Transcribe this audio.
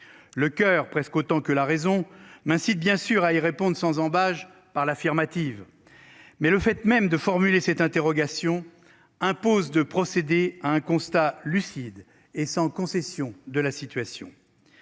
Le coeur presque autant que la raison m'incite bien sûr à ils répondent sans ambages par l'affirmative. Mais le fait même de formule et cette interrogation impose de procéder à un constat lucide et sans concession de la situation.